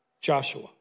Joshua